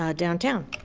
um downtown.